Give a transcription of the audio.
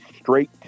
straight